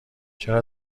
چرا